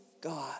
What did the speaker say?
God